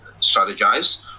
strategize